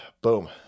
Boom